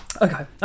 Okay